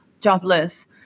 jobless